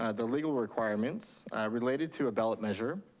ah the legal requirements related to a ballot measure,